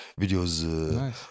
videos